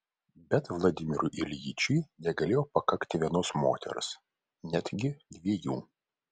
bet vladimirui iljičiui negalėjo pakakti vienos moters netgi dviejų